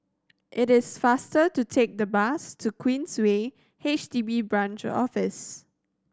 it is faster to take the bus to Queensway H D B Branch Office